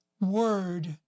word